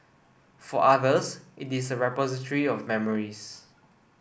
for others it is a repository of memories